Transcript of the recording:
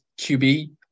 QB